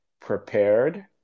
prepared